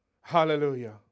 Hallelujah